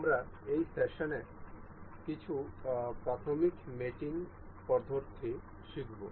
আমরা এই সেশনে কিছু প্রাথমিক মেটিং পদ্ধতি শিখব